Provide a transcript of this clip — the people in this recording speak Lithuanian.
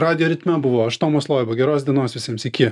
radijo ritme buvo aš tomas loiba geros dienos visiems iki